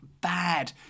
bad